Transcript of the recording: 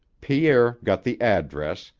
pierre got the address,